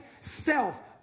self